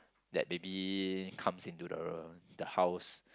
that maybe comes into the the house